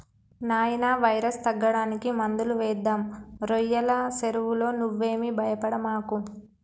నాయినా వైరస్ తగ్గడానికి మందులు వేద్దాం రోయ్యల సెరువులో నువ్వేమీ భయపడమాకు